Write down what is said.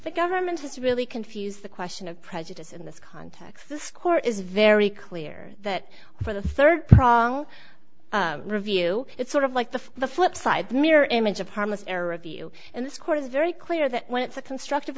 the government has to really confuse the question of prejudice in this context the score is very clear that for the third prong review it's sort of like the the flip side mirror image of harmless error review and this court is very clear that when it's a constructive